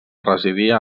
residia